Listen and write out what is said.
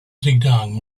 zedong